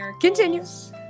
Continues